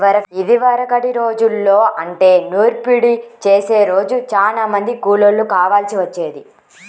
ఇదివరకటి రోజుల్లో అంటే నూర్పిడి చేసే రోజు చానా మంది కూలోళ్ళు కావాల్సి వచ్చేది